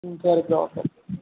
ம் சரி bro okay